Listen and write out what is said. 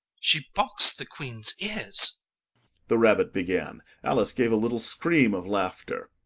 she boxed the queen's ears the rabbit began. alice gave a little scream of laughter.